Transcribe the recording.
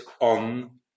on